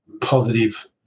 positive